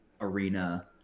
arena